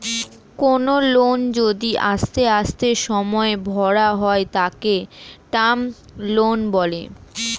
কোনো লোন যদি আস্তে আস্তে সময়ে ভরা হয় তাকে টার্ম লোন বলে